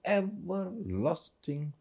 everlasting